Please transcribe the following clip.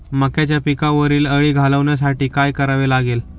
मक्याच्या पिकावरील अळी घालवण्यासाठी काय करावे लागेल?